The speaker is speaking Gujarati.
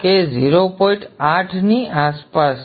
8 ની આસપાસ છે ૮૦ ટકા Kw